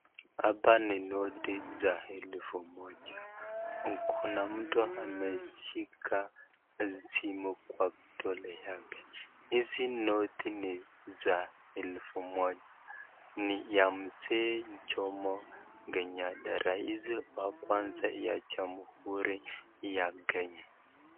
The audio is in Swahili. Hapa ni noti za elfu moja. Kuna mtu ameshika simu kwa vidole yake. Hizi noti ni za elfu moja. Ni ya mzee Jomo Kenyatta, rais wa kwanza ya Jamhuri ya Kenya.